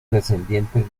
descendientes